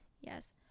Yes